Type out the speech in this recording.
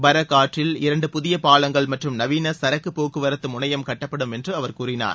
Barack ஆற்றில் இரண்டு புதியபாலங்கள் மற்றும் நவீனசரக்குபோக்குவரத்தமுனையம் கட்டப்படும் என்றும் அவர் கூறினார்